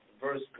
verse